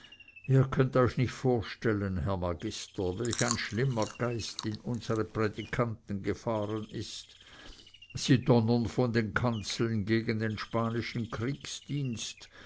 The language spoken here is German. ihr könnt euch nicht vorstellen herr magister welch ein schlimmer geist in unsere prädikanten gefahren ist sie donnern von den kanzeln gegen den spanischen kriegsdienst